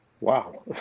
Wow